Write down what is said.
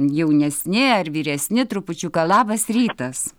jaunesni ar vyresni trupučiuką labas rytas